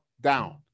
down